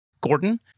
Gordon